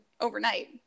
overnight